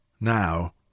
now